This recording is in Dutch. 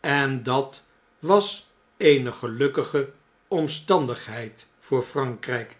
en dat was eene gelukkige omstandigheid voor frankrijk